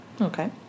Okay